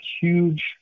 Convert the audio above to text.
huge